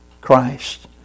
Christ